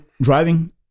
driving